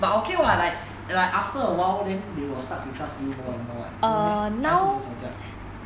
but okay [what] like like after awhile then they will start to trust you more and more [what] no meh 还是你们会吵架